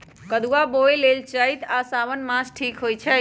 कदुआ बोए लेल चइत आ साओन मास ठीक होई छइ